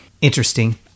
interesting